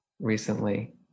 recently